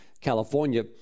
California